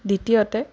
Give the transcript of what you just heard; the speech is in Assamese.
দ্বিতীয়তে